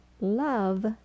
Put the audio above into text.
love